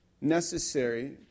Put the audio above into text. necessary